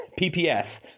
PPS